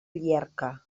llierca